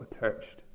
attached